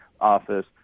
Office